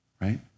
Right